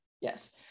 Yes